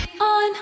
on